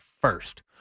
first